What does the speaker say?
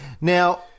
Now